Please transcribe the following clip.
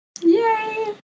Yay